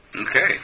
Okay